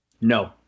No